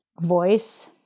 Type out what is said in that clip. voice